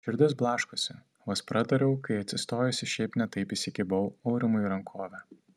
širdis blaškosi vos pratariau kai atsistojusi šiaip ne taip įsikibau aurimui į rankovę